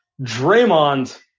Draymond